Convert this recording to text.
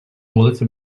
вулиці